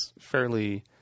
fairly